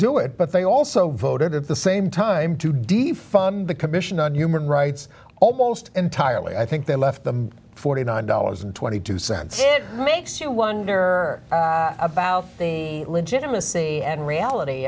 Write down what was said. do it but they also voted at the same time to defund the commission on human rights almost entirely i think they left the forty nine dollars twenty two cents it makes you wonder about the legitimacy and reality